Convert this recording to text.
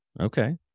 Okay